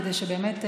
כדי שבאמת,